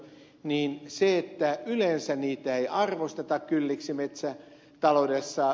niin yleensä niitä ei arvosteta kylliksi metsätaloudessa